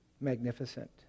magnificent